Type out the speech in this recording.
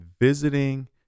Visiting